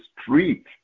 street